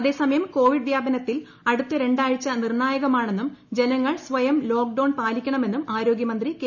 അതേസമയം കോവിഡ് വ്യാപനത്തിൽ അടുത്ത രണ്ടാഴ്ച നിർണായകമാണെന്നും ജനങ്ങൾ സ്വയം ലോക്ഡൌൺ പാലിക്കണമെന്നും ആരോഗ്യമന്ത്രി കെ